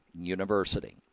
University